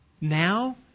now